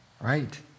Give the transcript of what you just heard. right